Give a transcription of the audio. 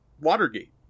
Watergate